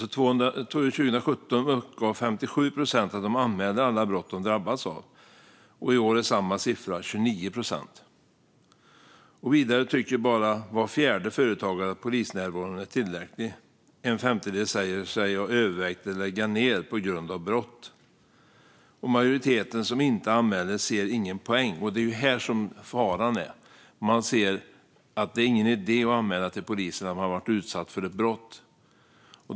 År 2017 uppgav 57 procent att de att anmälde alla brott de drabbades av. I år är samma siffra 29 procent. Vidare tycker bara var fjärde företagare att polisnärvaron är tillräcklig. En femtedel säger sig ha övervägt att lägga ned sin verksamhet på grund av brott. Majoriteten av dem som inte anmäler brott ser ingen poäng med det, och det är här faran finns. Man tycker inte att det är någon idé att anmäla till polisen att man blivit utsatt för ett brott.